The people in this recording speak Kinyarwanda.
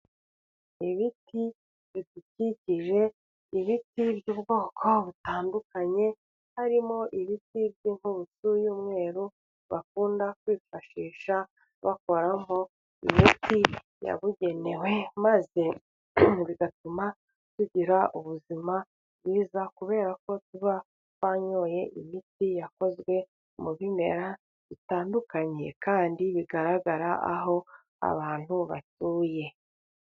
Ibiti bidukikije, ibiti by'ubwoko butandukanye harimo ibiti by'intusu y'umweru, bakunda kwifashisha bakoramo imiti yabugenewe maze bigatuma tugira ubuzima bwiza, kubera ko tuba twanyoye imiti yakozwe mu bimera bitandukanye kandi bigaragara aho abantu batuye.